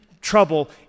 trouble